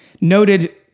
noted